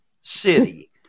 City